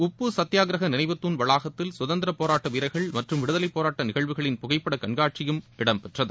உப்பு சத்தியாகிரக நினைவுதூன் வளாகத்தில் கதந்திர போராட்ட வீரர்கள் மற்றும் விடுதலைப்போராட்ட நிகழ்வுகளின் புகைப்பட கண்காட்சியும் இடம்பெற்றது